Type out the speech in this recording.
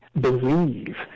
believe